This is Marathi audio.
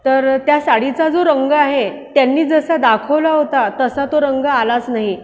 तर त्या साडीचा जो रंग आहे त्यांनी जसा दाखवला होता तसा तो रंग आलाच नाही